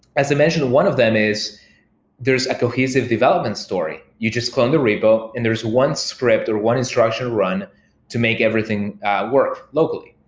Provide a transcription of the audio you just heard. as i mentioned, one of them is there's a cohesive development story. you just clone the repo and there's one script or one instruction run to make everything work locally.